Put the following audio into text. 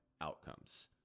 outcomes